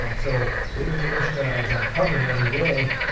um so the information that i was uncovering everyday